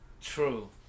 True